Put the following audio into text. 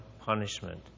punishment